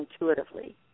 intuitively